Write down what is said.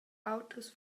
autras